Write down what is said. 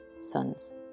sons